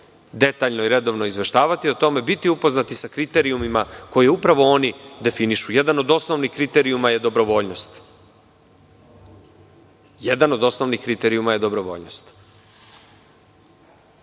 detaljno i redovno izveštavati o tome, biti upoznati sa kriterijumima koje upravo oni definišu. Jedan od osnovnih kriterijuma je dobrovoljnost. Ali, to moramo da uradimo. Ono